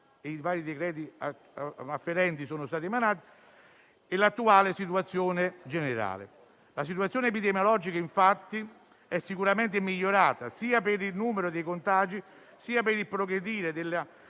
e i vari decreti-legge afferenti sono stati emanati e l'attuale situazione generale. La situazione epidemiologica è sicuramente migliorata sia per il numero dei contagi sia per il progredire della